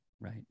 Right